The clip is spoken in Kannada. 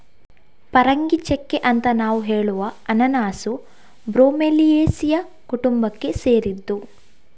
ಪರಂಗಿಚೆಕ್ಕೆ ಅಂತ ನಾವು ಹೇಳುವ ಅನನಾಸು ಬ್ರೋಮೆಲಿಯೇಸಿಯ ಕುಟುಂಬಕ್ಕೆ ಸೇರಿದ್ದು